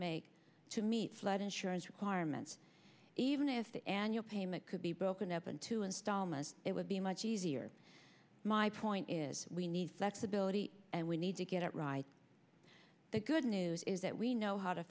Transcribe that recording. make to meet flood insurance requirements even if the annual payment could be broken up in two installments it would be much easier my point is we need flexibility and we need to get it right the good news is that we know how to